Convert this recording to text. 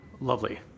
Lovely